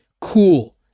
cool